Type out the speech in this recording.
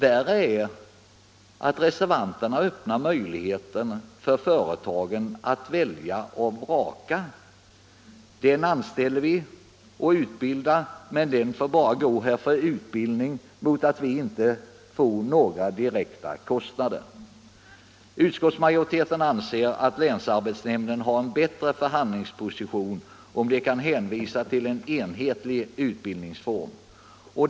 Värre är att reservanterna öppnar möjlighet för företagen att välja och vraka: ”Den anställer vi och utbildar, men den får bara gå här för utbildning mot att vi inte får några direkta kostnader.” Utskottsmajoriteten anser att länsarbetsnämnden har en bättre förhandlingsposition om den kan hänvisa till en enhetlig utbildningsform.